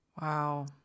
Wow